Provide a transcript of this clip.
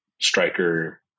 striker